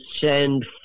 send